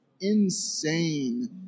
insane